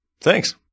Thanks